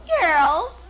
Girls